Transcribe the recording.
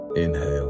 inhale